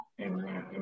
amen